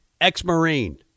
Ex-Marine